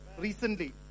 recently